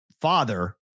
father